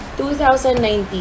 2019